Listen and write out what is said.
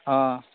অ